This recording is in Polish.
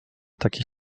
takie